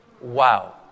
Wow